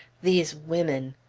these women!